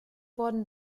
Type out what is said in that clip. wurden